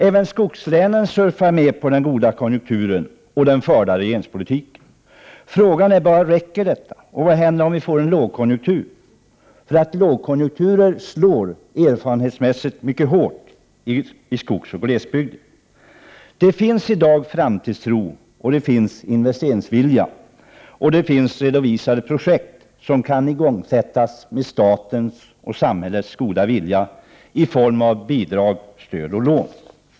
Även skogslänen surfar med på den goda konjunkturen och den förda regeringspolitiken. Frågan är bara: Räcker detta, och vad händer om vi får en lågkonjunktur? Lågkonjunkturer slår erfarenhetsmässigt mycket hårt i skogsoch glesbygder. Det finns i dag framtidstro, det finns investeringsvilja och det finns redovisade projekt som kan igångsättas med statens/samhällets goda vilja i form av bidrag, stöd och lån.